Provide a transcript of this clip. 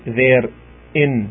therein